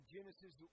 Genesis